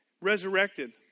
resurrected